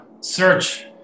search